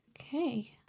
Okay